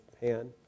pan